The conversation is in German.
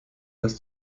dass